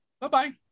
bye-bye